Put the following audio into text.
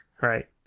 Right